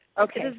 Okay